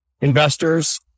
investors